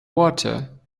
water